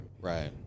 Right